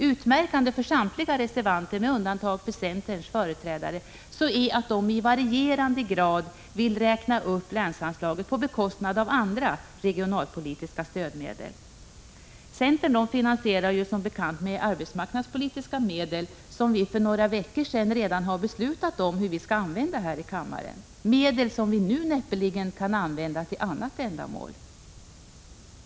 Utmärkande för samtliga reservanter, med undantag för centerns företrädare, är att de i varierande grad vill räkna upp länsanslaget på bekostnad av andra regionalpolitiska stödmedel. Centern finansierar som bekant med de arbetsmarknadspolitiska medel vilkas användning kammaren redan för några veckor sedan beslutat om. Det är medel som vi nu näppeligen kan använda till annat ändamål.